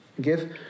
give